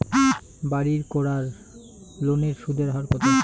বাড়ির করার লোনের সুদের হার কত?